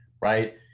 Right